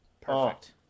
Perfect